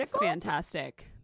fantastic